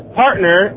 partner